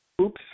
oops